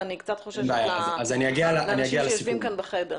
ואני קצת חוששת לאנשים שיושבים כאן בחדר.